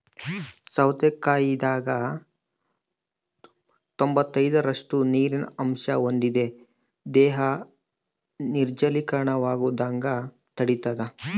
ಸೌತೆಕಾಯಾಗ ತೊಂಬತ್ತೈದರಷ್ಟು ನೀರಿನ ಅಂಶ ಹೊಂದಿದೆ ದೇಹ ನಿರ್ಜಲೀಕರಣವಾಗದಂಗ ತಡಿತಾದ